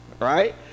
right